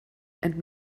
and